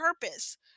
purpose